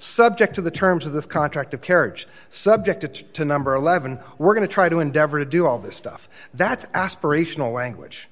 subject to the terms of this contract of carriage subject to number eleven we're going to try to endeavor to do all this stuff that's aspirational language